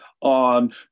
on